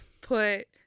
put